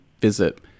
visit